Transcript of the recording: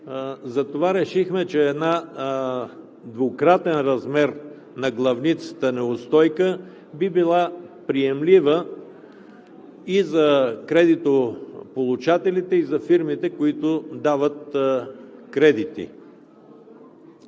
затова решихме, че една в двукратен размер на главницата неустойка би била приемлива и за кредитополучателите, и за фирмите, които дават кредити.